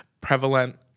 prevalent